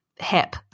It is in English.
Hip